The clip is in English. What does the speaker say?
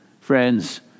Friends